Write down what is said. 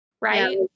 Right